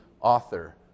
author